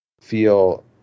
feel